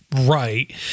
right